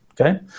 Okay